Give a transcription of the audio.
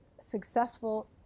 successful